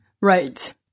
Right